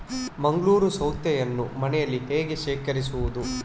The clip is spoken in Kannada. ಮಂಗಳೂರು ಸೌತೆಯನ್ನು ಮನೆಯಲ್ಲಿ ಹೇಗೆ ಶೇಖರಿಸುವುದು?